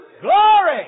Glory